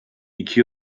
iki